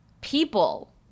people